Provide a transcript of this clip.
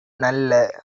நல்ல